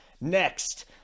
next